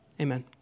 Amen